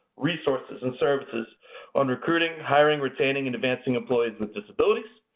resources and services on recruiting, hiring, retaining, and advancing employees with disabilities.